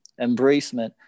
embracement